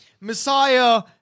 Messiah